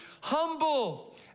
humble